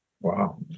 wow